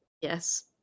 yes